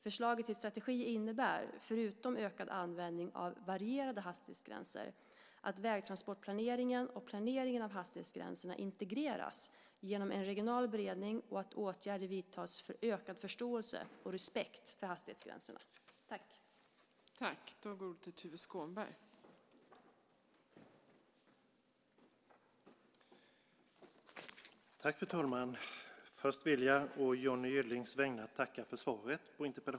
Förslaget till strategi innebär, förutom ökad användning av varierande hastighetsgränser, att vägtransportplaneringen och planeringen av hastighetsgränserna integreras genom en regional beredning och att åtgärder vidtas för ökad förståelse och respekt för hastighetsgränserna.